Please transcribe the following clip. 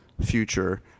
future